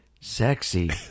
sexy